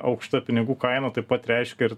aukšta pinigų kaina taip pat reiškia ir